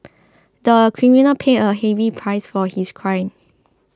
the criminal paid a heavy price for his crime